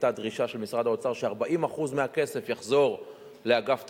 היתה דרישה של משרד האוצר ש-40% מהכסף יחזור לאגף תקציבים.